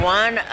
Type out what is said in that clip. one